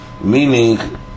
meaning